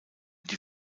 die